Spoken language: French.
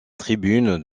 tribune